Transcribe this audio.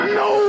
no